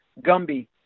Gumby